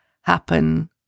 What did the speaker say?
happen